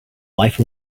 life